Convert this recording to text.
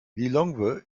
lilongwe